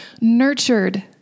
nurtured